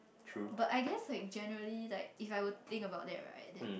but I guess generally like if I were to think about that right then